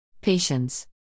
Patience